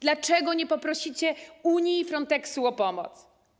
Dlaczego nie poprosicie Unii i Fronteksu o pomoc?